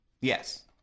yes